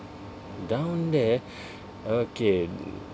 down there okay